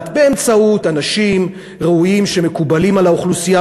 באמצעות אנשים ראויים שמקובלים על האוכלוסייה,